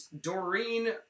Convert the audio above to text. Doreen